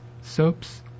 soaps